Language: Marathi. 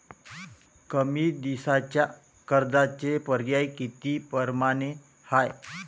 कमी दिसाच्या कर्जाचे पर्याय किती परमाने हाय?